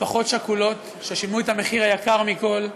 משפחות שכולות, ששילמו את המחיר היקר מכול,